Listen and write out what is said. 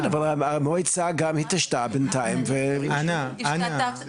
אבל המועצה גם התעשתה בינתיים ושינתה את דעתה בנושא.